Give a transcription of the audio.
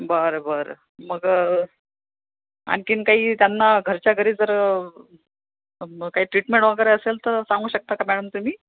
बरं बरं मग आणखीन काही त्यांना घरच्या घरी जर मग काही ट्रीटमेंट वगैरे असेल तर सांगू शकता का मॅडम तुम्ही